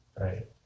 right